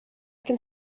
can